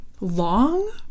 Long